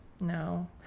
No